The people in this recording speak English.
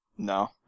No